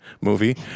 movie